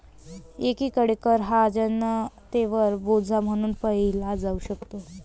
एकीकडे कर हा जनतेवर बोजा म्हणून पाहिला जाऊ शकतो